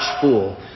fool